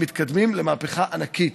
מתקדמים למהפכה ענקית.